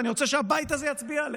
ואני רוצה שהבית הזה יצביע עליה.